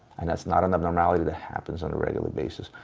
and that's not an abnormality that happens on a regular basis.